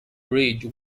bridge